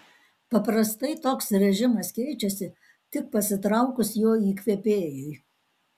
paprastai toks režimas keičiasi tik pasitraukus jo įkvėpėjui